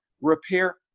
repair